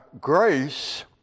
grace